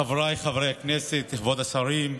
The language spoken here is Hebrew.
חבריי חברי הכנסת, כבוד השרים,